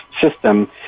system